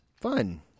fun